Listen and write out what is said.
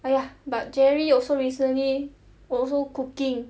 !aiya! jerry also recently also cooking